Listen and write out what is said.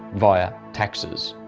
via taxes.